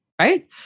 right